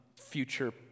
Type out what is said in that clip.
future